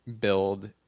build